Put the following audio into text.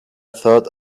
thought